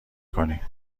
کنی